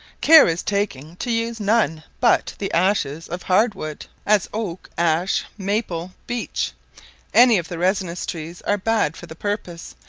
care is taken to use none but the ashes of hard wood, as oak, ash, maple, beech any of the resinous trees are bad for the purpose,